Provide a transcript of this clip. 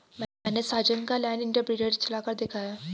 मैने साजन का land imprinter चलाकर देखा है